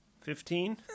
Fifteen